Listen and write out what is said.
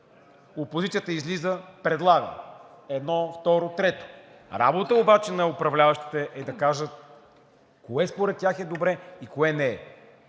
Опозицията излиза, предлага едно, второ, трето. Работа обаче на управляващите е да кажат кое според тях е добре и кое не е.